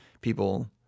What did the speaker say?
people